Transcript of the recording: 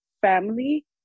family